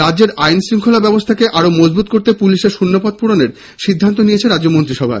রাজ্যের আইন শৃঙ্খলা ব্যবস্থাকে আরো মজবুত করতে পুলিশের শূন্যপদ পূরণের সিদ্ধান্ত নিল রাজ্য মন্ত্রিসভা